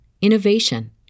innovation